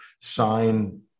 sign